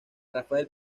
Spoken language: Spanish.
rafael